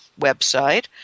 website